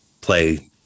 play